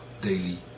daily